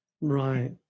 Right